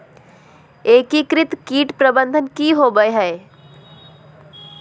एकीकृत कीट प्रबंधन की होवय हैय?